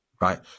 right